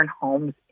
homes